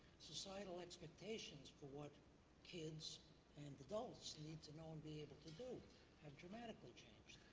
societal expectations for what kids and adults need to know and be able to do have dramatically changed.